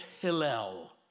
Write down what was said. Hillel